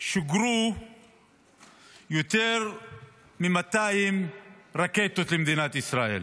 שוגרו יותר מ-200 רקטות למדינת ישראל